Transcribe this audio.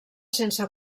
sense